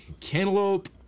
Cantaloupe